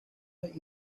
that